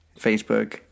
facebook